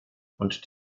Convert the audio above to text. und